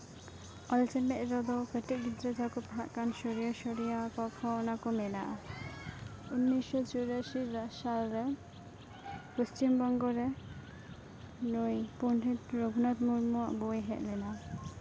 ᱚᱞ ᱪᱮᱢᱮᱫ ᱨᱮᱫᱚ ᱠᱟᱹᱴᱤᱡ ᱜᱤᱫᱽᱨᱟᱹ ᱡᱟᱦᱟᱸᱭ ᱠᱚ ᱯᱟᱲᱦᱟᱜ ᱠᱟᱱ ᱚᱱᱟ ᱠᱚ ᱢᱮᱱᱟᱜᱼᱟ ᱩᱱᱤᱥᱥᱚ ᱪᱩᱨᱟᱥᱤ ᱥᱟᱞᱨᱮ ᱯᱚᱪᱷᱤᱢ ᱵᱚᱝᱜᱚ ᱨᱮ ᱱᱩᱭ ᱯᱚᱱᱰᱤᱛ ᱨᱟᱹᱜᱷᱩᱱᱟᱛᱷ ᱢᱩᱨᱢᱩᱣᱟᱜ ᱵᱳᱭ ᱦᱮᱡ ᱞᱮᱱᱟ